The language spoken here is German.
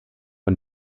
von